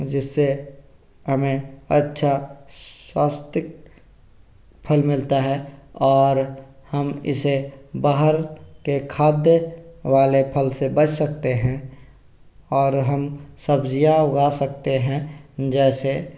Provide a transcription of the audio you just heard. जिससे हमें अच्छा स्वास्थिक फल मिलता है और हम इसे बाहर के खाद्य वाले फल से बच सकते हैं और हम सब्जियां उगा सकते हैं जैसे